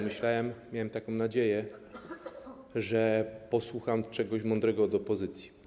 Miałem taką nadzieję, że posłucham czegoś mądrego od opozycji.